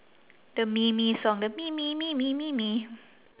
the song the